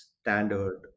standard